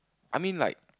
I mean like